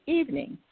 evening